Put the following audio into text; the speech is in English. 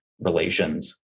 relations